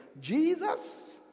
Jesus